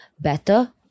better